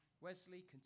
Wesley